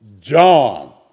John